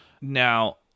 Now